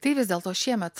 tai vis dėlto šiemet